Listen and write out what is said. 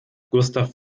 gustav